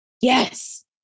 Yes